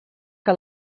que